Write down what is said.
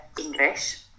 English